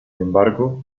embargo